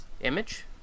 Image